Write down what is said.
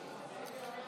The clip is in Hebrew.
בממשלה לא נתקבלה.